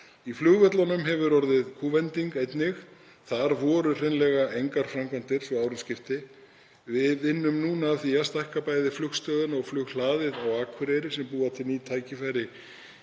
Í flugvöllunum hefur einnig orðið kúvending. Þar voru hreinlega engar framkvæmdir svo árum skipti. Við vinnum núna að því að stækka bæði flugstöðina og flughlaðið á Akureyri, sem búa til ný tækifæri